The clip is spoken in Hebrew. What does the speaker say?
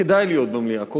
כדאי להיות במליאה,